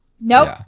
Nope